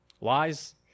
Lies